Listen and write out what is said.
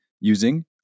using